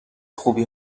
خوبی